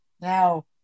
Now